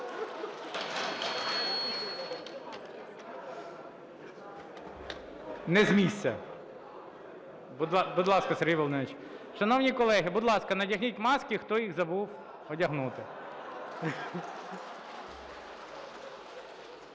Не з місця. Будь ласка, Сергію Володимировичу. Шановні колеги, будь ласка, надягніть маски, хто їх забув надягнути.